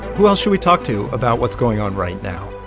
who else should we talk to about what's going on right now?